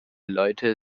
leute